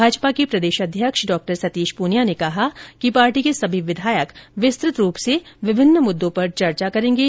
भाजपा के प्रदेशाध्यक्ष डॉ सतीश पूनियां ने कहा कि पार्टी के सभी विधायक विस्तृत रूप से विभिन्न मुद्दों पर चर्चा करेंगे